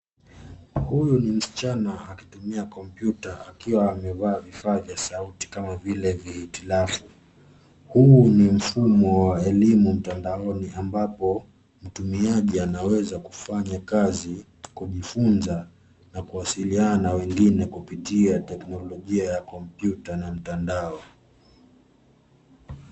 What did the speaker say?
Huyu ni msichana akitumia kompyuta akiwa amevaa vifaa vya sauti kama vile vihitilafu. Huu ni mfumo wa elimu mtandaoni ambapo mtumiaji anaweza kufanya kazi, kujifunza na kuwasiliana na wengine kupitia teknolojia ya kompyuta na mtandao.